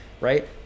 right